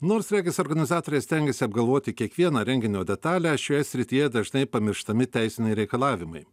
nors regis organizatoriai stengiasi apgalvoti kiekvieną renginio detalę šioje srityje dažnai pamirštami teisiniai reikalavimai